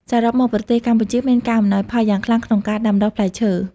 សរុបមក ប្រទេសកម្ពុជាមានការអំណោយផលយ៉ាងខ្លាំងក្នុងការដាំដុះផ្លែឈើ។